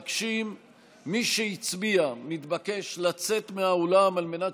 מי שהצביע מתבקש לצאת מהאולם על מנת